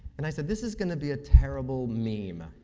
and i said this is going to be a terrible meme.